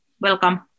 Welcome